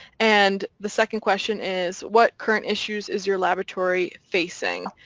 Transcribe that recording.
and the second question is, what current issues is your laboratory facing?